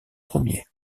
premier